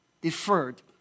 deferred